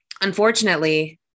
Unfortunately